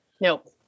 Nope